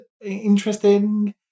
interesting